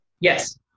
Yes